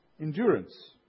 endurance